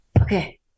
okay